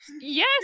yes